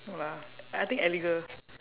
no lah I think eleger